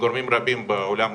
גורמים רבים בעולם העסקי,